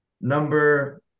number